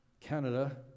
Canada